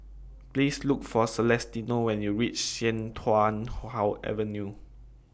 Please Look For Celestino when YOU REACH Sian Tuan Avenue